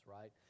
right